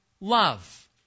love